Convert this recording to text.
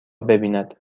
ببیند